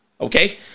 Okay